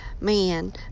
man